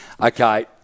Okay